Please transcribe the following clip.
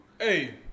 Hey